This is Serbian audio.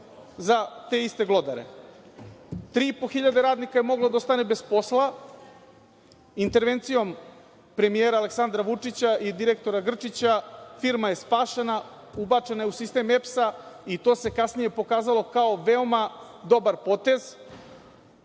za te iste glodare. Tri i po hiljade radnika je moglo da ostane bez posla. Intervencijom premijera Aleksandra Vučića i direktora Grčića firma je spašena, ubačena je u sistem EPS-a i to se kasnije pokazalo kao veoma dobar